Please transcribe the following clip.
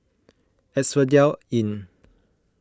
Asphodel Inn